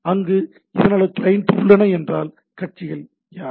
அங்கு இதனால் கிளையன்ட் உள்ளன என்றால் கட்சிகள் யார்